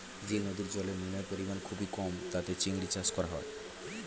যে নদীর জলে নুনের পরিমাণ খুবই কম তাতে চিংড়ির চাষ করা হয়